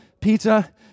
Peter